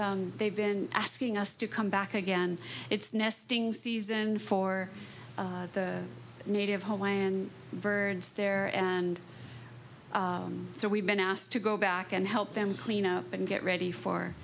that they've been asking us to come back again it's nesting season for the native homeland birds there and so we've been asked to go back and help them clean up and get ready for